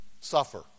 suffer